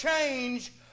change